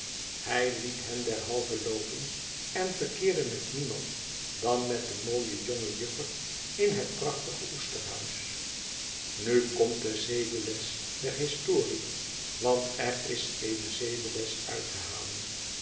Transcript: hij liet hen derhalve loopen en verkeerde met niemand dan met de mooie jonge juffer in het prachtige oesterhuis nu komt de zedeles der historie want er is eene zedeles uit te halen